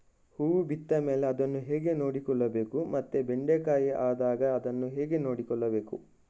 ಹೂ ಬಿಟ್ಟ ಮೇಲೆ ಅದನ್ನು ಹೇಗೆ ನೋಡಿಕೊಳ್ಳಬೇಕು ಮತ್ತೆ ಬೆಂಡೆ ಕಾಯಿ ಆದಾಗ ಹೇಗೆ ನೋಡಿಕೊಳ್ಳಬೇಕು?